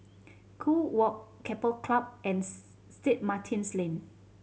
Kew Walk Keppel Club and Saint Martin's Lane